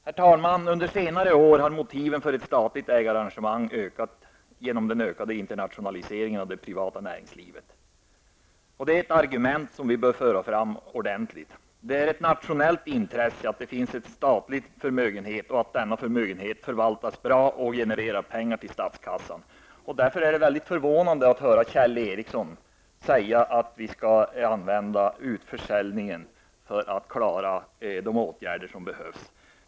Herr talman! Under senare år har motivet för ett statlig ägararrangemang ökat genom den ökade internationaliseringen av det privata näringslivet. Det är ett argument som vi bör föra fram ordentligt. Det är ett nationellt intresse att det finns en statlig förmögenhet och att denna förmögenhet förvaltas bra och genererar pengar till statskassan. Därför är det mycket förvånande att höra Kjell Ericsson säga att vi skall använda utförsäljningen för att klara de åtgärder som behövs.